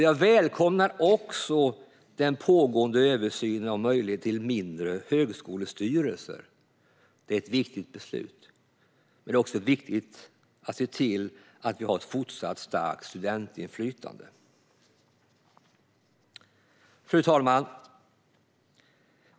Jag välkomnar också den pågående översynen av möjligheten till mindre högskolestyrelser. Det är ett viktigt beslut. Det är också viktigt att se till att vi har ett fortsatt starkt studentinflytande. Fru talman!